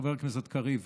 חבר הכנסת קריב.